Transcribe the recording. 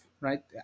right